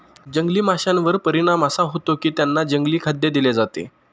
जंगली माशांवर परिणाम असा होतो की त्यांना जंगली खाद्य दिले जाते